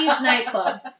Nightclub